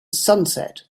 sunset